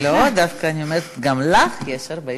לא, דווקא אני אומרת, גם לך יש 40 דקות.